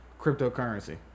cryptocurrency